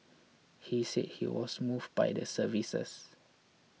he said he was moved by the services